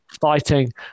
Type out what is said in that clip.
fighting